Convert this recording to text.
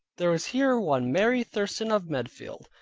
there was here one mary thurston of medfield,